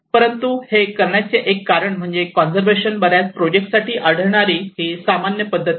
परंतु हे करण्याचे कारण म्हणजे कॉन्सर्व्हशन बर्याच प्रोजेक्ट साठी आढळणारी ही सामान्य पद्धत आहे